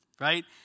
Right